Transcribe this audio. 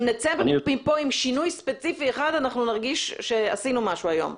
אם נצא מפה עם שינוי ספציפי אחד אנחנו נרגיש שעשינו משהו היום.